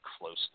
closely